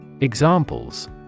Examples